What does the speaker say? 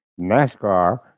NASCAR